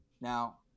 Now